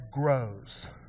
grows